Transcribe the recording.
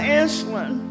insulin